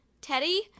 Teddy